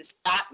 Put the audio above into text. stop